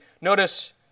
Notice